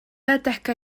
adegau